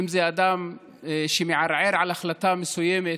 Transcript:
בין שזה אדם שמערער על החלטה מסוימת